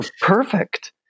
perfect